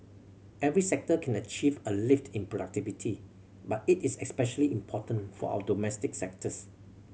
every sector can achieve a lift in productivity but it is especially important for our domestic sectors